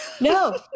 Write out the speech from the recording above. No